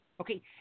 Okay